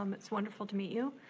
um it's wonderful to meet you.